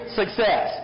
success